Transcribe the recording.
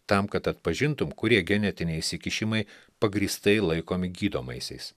tam kad atpažintum kurie genetiniai įsikišimai pagrįstai laikomi gydomaisiais